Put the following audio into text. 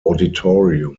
auditorium